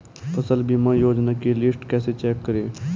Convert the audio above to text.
फसल बीमा योजना की लिस्ट कैसे चेक करें?